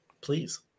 please